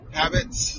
habits